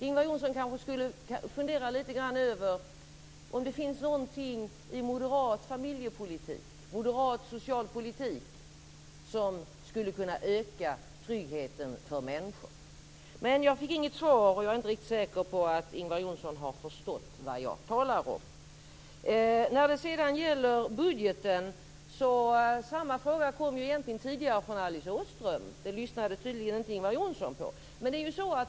Ingvar Johnsson kanske skulle fundera lite grann över om det finns någonting i moderat familjepolitik och moderat socialpolitik som skulle kunna öka tryggheten för människor. Jag fick inget svar, och jag är inte riktigt säker på att Ingvar Johnsson har förstått vad jag talar om. När det gäller budgeten kom ju egentligen samma fråga tidigare också från Alice Åström. Den lyssnade tydligen inte Ingvar Johnsson på.